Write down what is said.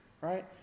right